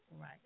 Right